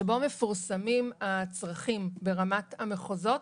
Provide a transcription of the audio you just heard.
שבו מפורסמים הצרכים ברמת המחוזות.